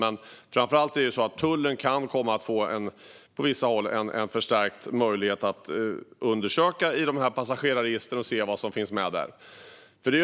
Men framför allt kan tullen på vissa håll komma att få en förstärkt möjlighet att undersöka passagerarregistren och se vad som finns där.